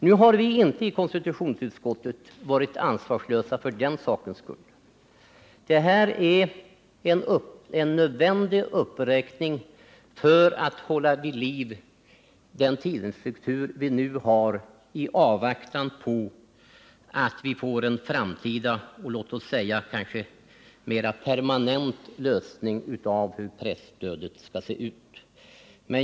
Nu har vi inte i konstitutionsutskottet varit ansvarslösa för den sakens skull. Vad utskottet föreslår är en uppräkning som är nödvändig för att hålla vid liv den tidningsstruktur vi nu har, i avvaktan på en framtida och kanske mera permanent lösning av hur presstödet skall se ut.